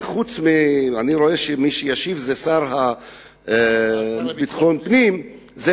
אני רואה שמי שישיב זה השר לביטחון פנים.